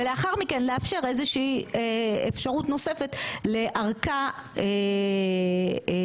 ולאחר מכן לאפשר איזו שהיא אפשרות נוספת לארכה לאחר מכן,